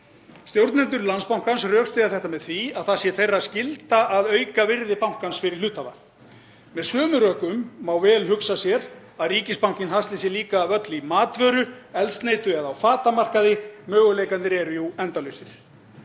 Stjórnendur Landsbankans rökstyðja þetta með því að það sé skylda þeirra að auka virði bankans fyrir hluthafa. Með sömu rökum má vel hugsa sér að ríkisbankinn hasli sér líka völl í matvöru, eldsneyti eða á fatamarkaði. Möguleikarnir eru jú endalausir.